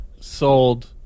sold